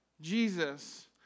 Jesus